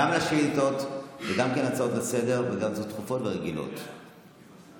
גם לשאילתות וגם להצעות דחופות ורגילות לסדר-היום.